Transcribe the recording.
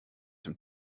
dem